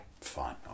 Fine